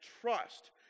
trust